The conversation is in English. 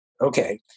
okay